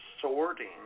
sorting